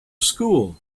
school